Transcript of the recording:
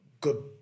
good